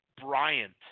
Bryant